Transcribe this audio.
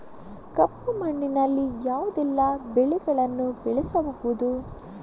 ಕಪ್ಪು ಮಣ್ಣಿನಲ್ಲಿ ಯಾವುದೆಲ್ಲ ಬೆಳೆಗಳನ್ನು ಬೆಳೆಸಬಹುದು?